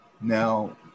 Now